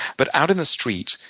but out in the streets,